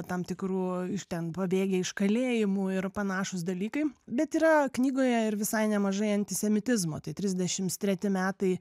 tam tikrų iš ten pabėgę iš kalėjimų ir panašūs dalykai bet yra knygoje ir visai nemažai antisemitizmo tai trisdešimt treti metai